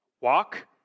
walk